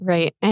Right